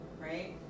Right